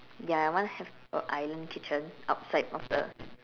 ya I want to have a island kitchen outside of the